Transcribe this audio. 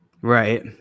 Right